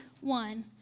one